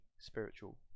spiritual